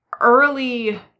Early